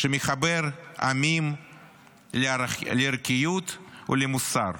שמחבר עמים לערכיות ולמוסר.